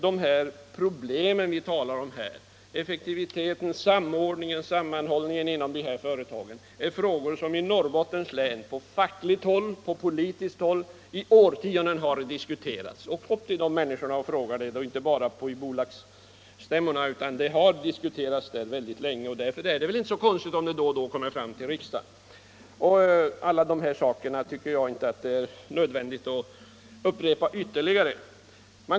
De frågor vi talar om här, såsom effektiviteten, samordningen och sammanhållningen inom de här företagen, har diskuterats i Norrbottens län på både fackligt och politiskt håll i årtionden. Res upp och fråga dessa människor om detta och fråga inte bara på bolagsstämmorna. Dessa frågor har diskuterats länge där uppe, och därför är det väl inte så konstigt om de då och då kommer fram till riksdagen. Jag tycker inte att det är nödvändigt att upprepa allt detta.